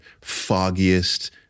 foggiest